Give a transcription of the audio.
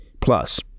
Plus